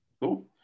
Cool